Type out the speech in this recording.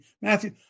Matthew